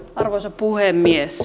arvoisa puhemies